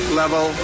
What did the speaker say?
level